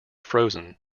frozen